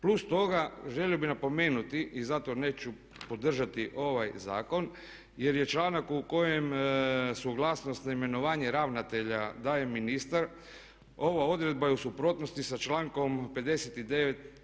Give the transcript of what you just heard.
Plus toga želio bih napomenuti, i zato neću podržati ovaj zakon, jer je članak u kojem suglasnost na imenovanje ravnatelja daje ministar ova odredba je u suprotnosti sa člankom 59.